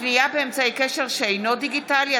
פנייה באמצעי קשר שאינו דיגיטלי),